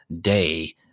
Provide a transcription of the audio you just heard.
day